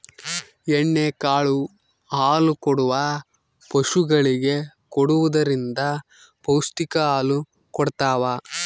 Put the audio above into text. ಎಣ್ಣೆ ಕಾಳು ಹಾಲುಕೊಡುವ ಪಶುಗಳಿಗೆ ಕೊಡುವುದರಿಂದ ಪೌಷ್ಟಿಕ ಹಾಲು ಕೊಡತಾವ